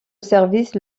service